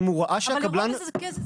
אם הוא ראה שהקבלן --- אבל אירוע מזכה זה